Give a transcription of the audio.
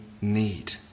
need